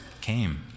came